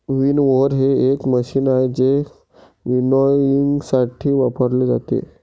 winnower हे एक machine आहे जे विनॉयइंगसाठी वापरले जाते